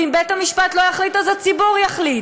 ואם בית-המשפט לא יחליט אז הציבור יחליט,